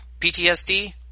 PTSD